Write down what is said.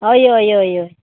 हय हय हय हय